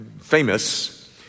famous